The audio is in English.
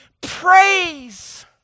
praise